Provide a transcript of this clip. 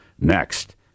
next